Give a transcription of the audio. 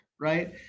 right